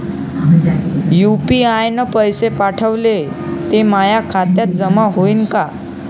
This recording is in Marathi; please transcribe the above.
यू.पी.आय न पैसे पाठवले, ते माया खात्यात जमा होईन का?